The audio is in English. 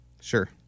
Sure